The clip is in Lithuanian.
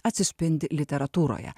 atsispindi literatūroje